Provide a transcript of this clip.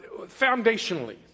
foundationally